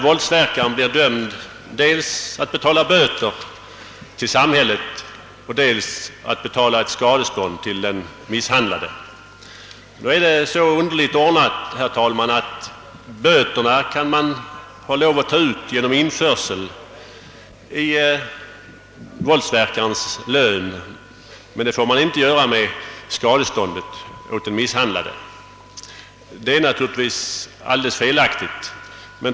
Våldsverkaren blir dömd dels att betala böter till samhället och dels att betala ett skadestånd till den misshandlade. Nu är det emellertid så underligt ordnat, herr talman, att böterna kan tas ut genom införsel i våldsverkarens lön, men det kan man inte göra med skadeståndet åt den misshandlade, Detta är naturligtvis alldeles felaktigt.